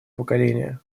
поколения